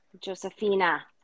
josephina